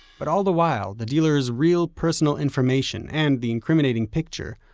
but all the while, the dealer's real personal information, and the incriminating picture,